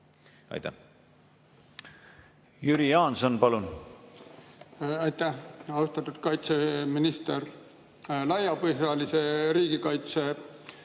palun! Jüri Jaanson, palun! Aitäh! Austatud kaitseminister! Laiapõhjalise riigikaitse